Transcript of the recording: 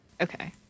Okay